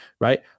Right